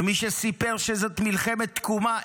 מי שסיפר שזאת מלחמת תקומה,